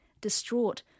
Distraught